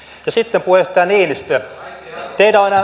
ja sitten puheenjohtaja niinistö